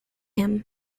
him